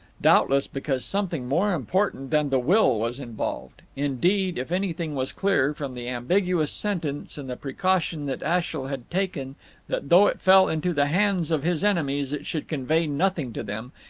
doubtless because something more important than the will was involved indeed, if anything was clear, from the ambiguous sentence and the precaution that ashiel had taken that though it fell into the hands of his enemies it should convey nothing to them,